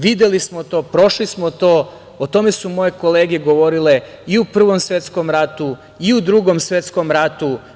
Videli smo to, prošli smo to, o tome su moje kolege govorile, i u Prvom svetskom ratu i u Drugom svetskom ratu.